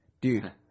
dude